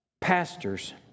pastors